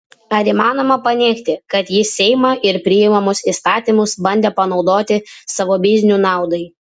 ar įmanoma paneigti kad jis seimą ir priimamus įstatymus bandė panaudoti savo biznių naudai